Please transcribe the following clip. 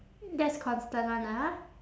that's constant one ah